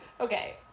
Okay